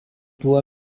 tuo